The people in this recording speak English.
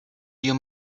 you